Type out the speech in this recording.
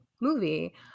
movie